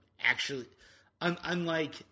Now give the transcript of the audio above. actually—unlike